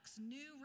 new